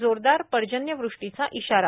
जोरदार पर्जन्यवृष्टीचा इशारा